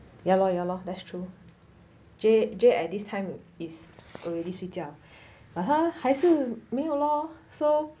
ya lor ya lor that's true J J at this time is already 睡觉 还是没有 lor so